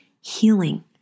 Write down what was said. healing